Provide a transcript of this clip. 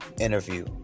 interview